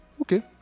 Okay